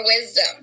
wisdom